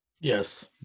Yes